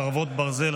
חרבות ברזל),